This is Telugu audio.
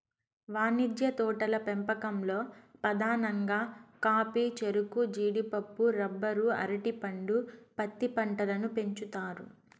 వాణిజ్య తోటల పెంపకంలో పధానంగా కాఫీ, చెరకు, జీడిపప్పు, రబ్బరు, అరటి పండు, పత్తి పంటలను పెంచుతారు